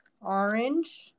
orange